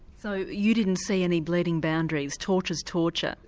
so you didn't see any bleeding boundaries, torture is torture?